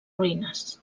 ruïnes